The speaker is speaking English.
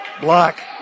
Block